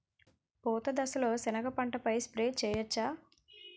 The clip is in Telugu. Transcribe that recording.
పూత దశలో సెనగ పంటపై స్ప్రే చేయచ్చా?